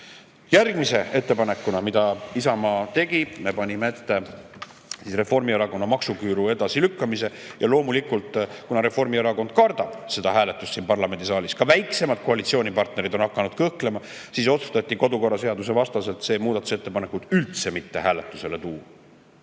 Järgmise ettepanekuga, mille Isamaa tegi, me panime ette Reformierakonna maksuküüru edasilükkamise. Loomulikult, kuna Reformierakond kardab seda hääletust siin parlamendisaalis – ka väiksemad koalitsioonipartnerid on hakanud kõhklema –, siis otsustati kodukorraseaduse vastaselt seda muudatusettepanekut üldse mitte hääletusele tuua.